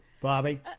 Bobby